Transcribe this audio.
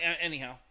anyhow